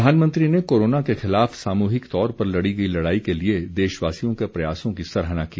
प्रधानमंत्री ने कोरोना के खिलाफ सामुहिक तौर पर लड़ी गई लड़ाई के लिए देशवासियों के प्रयासों की सराहना की